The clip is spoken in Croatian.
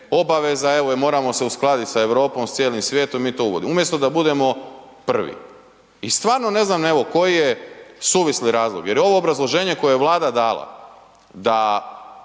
obaveza evo i moramo se uskladiti sa Europom, sa cijelim svijetom, mi to uvodimo umjesto da budemo prvi. I stvarno ne znam evo koji je suvisli razlog jer je ovo obrazloženje koje Vlada dala sa